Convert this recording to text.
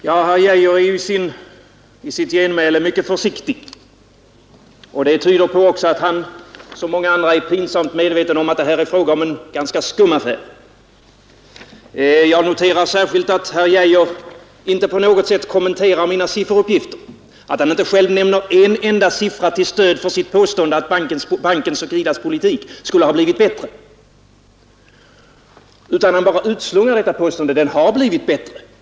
Herr talman! Herr Arne Geijer är i sitt genmäle mycket försiktig, och det tyder på att han, som så många andra, är pinsamt medveten om att det här är fråga om en ganska skum affär. Jag noterar särskilt att herr Geijer inte på något sätt kommenterar mina sifferuppgifter och att han inte nämner en enda siffra som stöd för sitt påstående att bankens och IDA:s politik skulle ha blivit bättre. Han utslungar bara påståendet att politiken har blivit bättre.